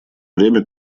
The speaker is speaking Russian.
время